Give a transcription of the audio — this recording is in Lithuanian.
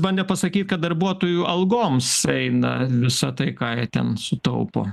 bandė pasakyt kad darbuotojų algoms eina visa tai ką jie ten sutaupo